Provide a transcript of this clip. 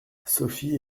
sophie